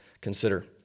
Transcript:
consider